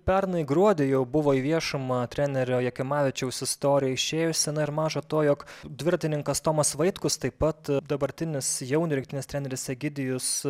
pernai gruodį jau buvo į viešumą trenerio jakimavičiaus istorija išėjusi na ir maža to jog dviratininkas tomas vaitkus taip pat dabartinis jaunių rinktinės treneris egidijus